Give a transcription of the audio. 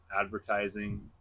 advertising